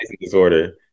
disorder